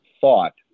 thought